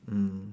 mm